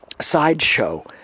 Sideshow